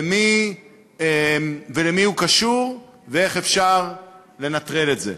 למי הוא קשור ואיך אפשר לנטרל את זה.